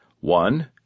One